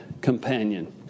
companion